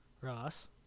Ross